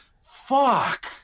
fuck